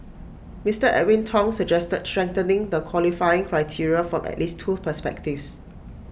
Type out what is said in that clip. Mister Edwin Tong suggested strengthening the qualifying criteria from at least two perspectives